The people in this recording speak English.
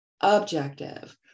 objective